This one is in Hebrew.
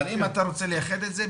אבל אם אתה רוצה לייחד את זה.